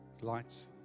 lights